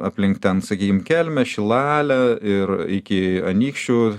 aplink ten sakykim kelmę šilalę ir iki anykščių